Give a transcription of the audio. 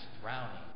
drowning